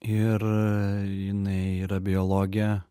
ir jinai yra biologė